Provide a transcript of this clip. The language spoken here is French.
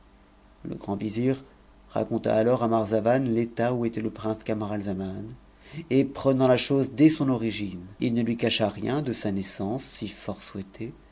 le grand vizir raconta alors à marzavan l'état où était le prince cinn ralzaman en prenant la chose des son origine il ne lui cacha rien de sa naissance si fort souhaitée